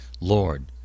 Lord